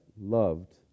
loved